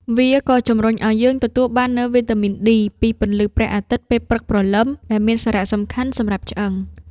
វាក៏ជម្រុញឲ្យយើងទទួលបាននូវវីតាមីន D ពីពន្លឺព្រះអាទិត្យពេលព្រឹកព្រលឹម ដែលមានសារៈសំខាន់សម្រាប់ឆ្អឹង។